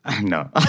No